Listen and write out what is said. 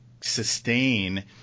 sustain